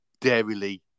Dairyly